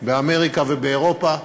באמריקה ובאירופה,